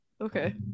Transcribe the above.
okay